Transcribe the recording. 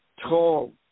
tall